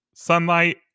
sunlight